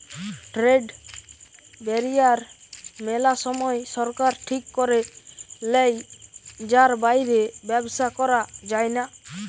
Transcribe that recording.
trade barrier মেলা সময় সরকার ঠিক করে লেয় যার বাইরে ব্যবসা করা যায়না